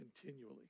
continually